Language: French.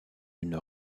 une